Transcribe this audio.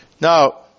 Now